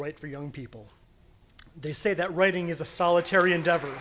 write for young people they say that writing is a solitary endeavo